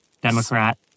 Democrat